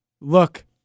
Look